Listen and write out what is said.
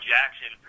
Jackson